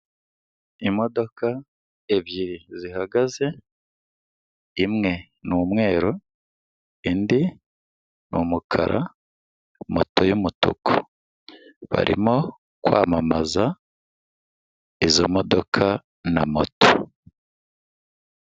Imodoka ebyiri zihagaze imwe ni umweru, indi ni umukara, moto y'umutuku, barimo kwamamaza izo modoka na moto.